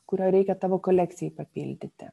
kurio reikia tavo kolekcijai papildyti